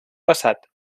passat